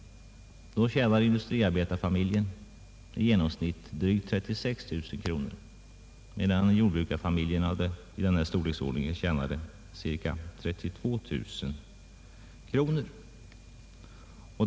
Då tjänade industriarbetarfamiljen i genomsnitt drygt 36 000 kronor, medan jordbrukarfamiljen i denna storleksordning tjänade ca 32 000 kronor.